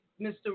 Mr